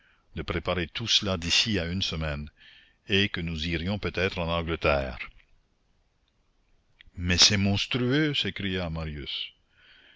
de préparer tout cela d'ici à une semaine et que nous irions peut-être en angleterre mais c'est monstrueux s'écria marius